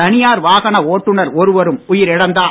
தனியார் வாகன ஓட்டுநர் ஒருவரும் உயிரிழந்தார்